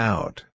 Out